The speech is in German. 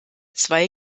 zwei